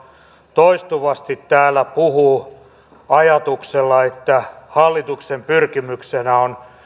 toistuvasti täällä puhuu ajatuksella että hallituksen pyrkimyksenä on